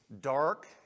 dark